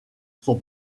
son